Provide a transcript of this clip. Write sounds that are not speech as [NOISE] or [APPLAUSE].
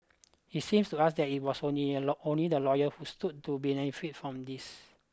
it seems to us that it was only [UNINTELLIGIBLE] only the lawyer who stood to benefit from this